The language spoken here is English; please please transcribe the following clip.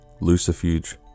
Lucifuge